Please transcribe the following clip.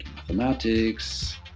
Mathematics